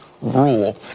rule